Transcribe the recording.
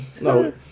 No